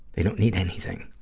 they don't need anything.